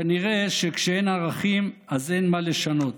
כנראה שכשאין ערכים אז אין מה לשנות.